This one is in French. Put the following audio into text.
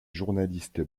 journaliste